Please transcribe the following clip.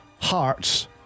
Hearts